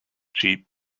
cheap